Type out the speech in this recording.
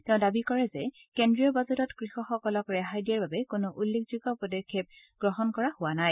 তেওঁ দাবী কৰে যে কেন্দ্ৰীয় বাজেটত কৃষকসকলক ৰেহাই দিয়াৰ বাবে কোনো উল্লেখযোগ্য পদক্ষেপ গ্ৰহণ কৰা নাই